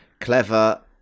clever